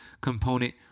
component